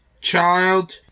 child